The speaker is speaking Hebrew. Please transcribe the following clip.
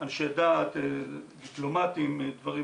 אנשי דת, דיפלומטים, דברים